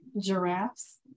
Giraffes